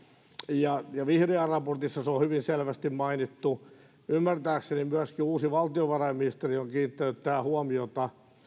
rakenneuudistuksia vihriälän raportissa se on hyvin selvästi mainittu ymmärtääkseni myöskin uusi valtiovarainministeri on kiinnittänyt tähän huomiota